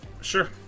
Sure